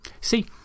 See